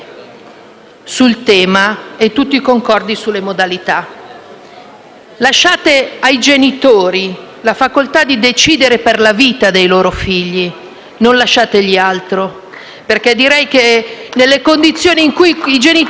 Lasciate ai genitori la facoltà di decidere per la vita dei loro figli, non lasciategli altro, perché direi che, nelle condizioni in cui debbano fare queste scelte, i genitori non sono in grado di intendere né tanto meno di volere.